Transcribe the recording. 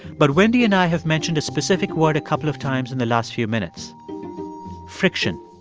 but wendy and i have mentioned a specific word a couple of times in the last few minutes friction.